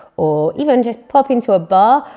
or even just pop into a bar,